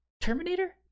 Terminator